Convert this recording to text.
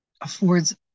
affords